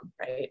right